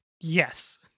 Yes